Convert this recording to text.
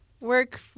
work